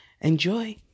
enjoy